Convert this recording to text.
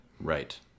Right